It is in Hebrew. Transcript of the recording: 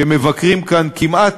שמבקרים כאן כמעט,